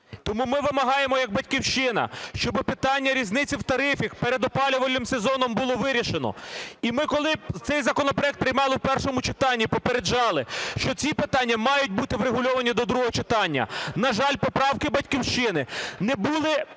Тому ми вимагаємо як "Батьківщина", щоб питання різниці в тарифах перед опалювальним сезоном було вирішено. І ми, коли цей законопроект приймали в першому читанні, попереджали, що ці питання мають бути врегульовані до другого читання. На жаль, поправки "Батьківщини" не були